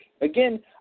again